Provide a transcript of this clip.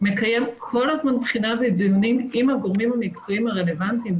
מקיים כל הזמן בחינה ודיונים עם הגורמים המקצועיים הרלוונטיים.